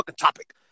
topic